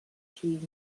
changed